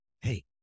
Hey